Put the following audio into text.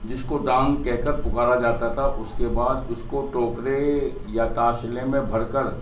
جس کو دانگ کہہ کر پکارا جاتا تھا اس کے بعد اس کو ٹوکرے یا تاشلے میں بھر کر